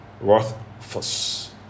rothfuss